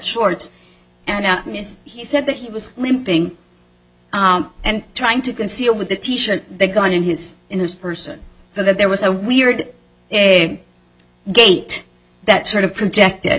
shorts and he said that he was limping and trying to conceal with the gun in his in his person so that there was a weird gait that sort of project it